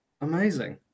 Amazing